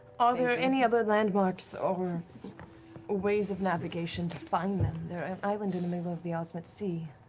are there any other landmarks or ways of navigation to find them? they're an island in the middle of the ozmit sea.